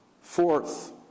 Fourth